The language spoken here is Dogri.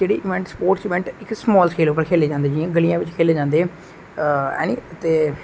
जेहड़ी इंबेट स्पोर्टस इंबेट इक स्माल स्केल उप्पर खेले जंदे जियां गलियें बिच खेले जंदे है नी ते